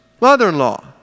mother-in-law